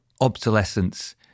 obsolescence